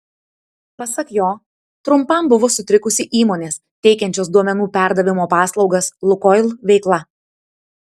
pasak jo trumpam buvo sutrikusi įmonės teikiančios duomenų perdavimo paslaugas lukoil veikla